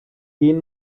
gehen